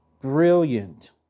Brilliant